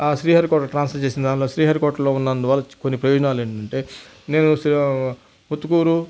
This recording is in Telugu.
ఆ శ్రీహరికోట ట్రాన్స్పర్ చేసిన దానివల్ల శ్రీహరికోటలో ఉన్నందువల్ల కొన్ని ప్రయోజనాలు ఏంటంటే నేను పొత్తుకూరు